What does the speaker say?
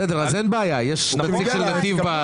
בסדר, אז אין בעיה, יש נציג של נתיב.